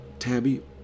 Tabby